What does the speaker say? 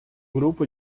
grupo